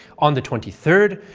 on the twenty third,